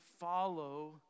follow